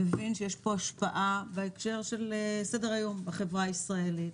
מבין שיש פה השפעה בהקשר של סדר היום בחברה הישראלית.